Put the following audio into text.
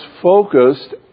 focused